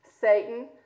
Satan